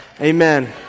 Amen